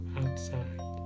outside